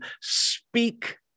speak